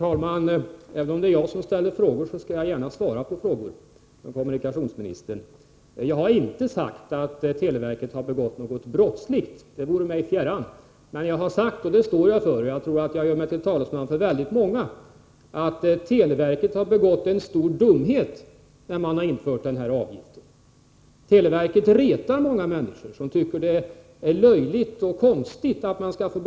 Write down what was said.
I SÖ:s promemoria från den 18 oktober 1983 angående betygsättningen i grundskolan sägs bl.a. att motivet för betyg är deras roll som urval till fortsatt utbildning. Betyg i ämne som avslutas i årskurs 7 får enligt promemorian inte lämnas ut till eleverna. Vidare understryks kraftfullt att information om elevernas arbete inte får förekomma i form av betyg eller betygsliknande bedömningar som ”över genomsnittet, genomsnittligt, under genomsnittet” eller liknande.